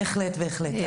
בהחלט, בהחלט.